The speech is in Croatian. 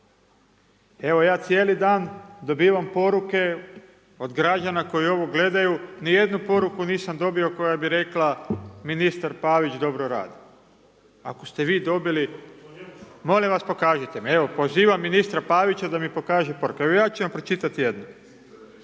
Evo, ja cijeli dan dobivam poruke od građana koji ovo gledaju, nijednu poruku nisam dobio koja bi rekla, ministar Pavić dobro radi. Ako ste vi dobili molim vas pokažite mi, evo, pozivam ministra Pavića da mi pokaže poruke, evo ja ću vam pročitati jednu.